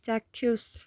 ଚାକ୍ଷୁଷ୍